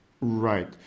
right